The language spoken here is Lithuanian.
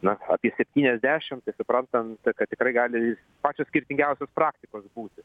na apie septyniasdešim tai suprantant kad tikrai gali pačios skirtingiausios praktikos būti